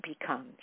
becomes